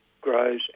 grows